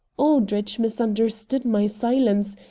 aldrich misunderstood my silence,